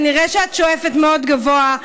כנראה שאת שואפת מאוד גבוה.